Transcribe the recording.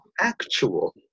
actual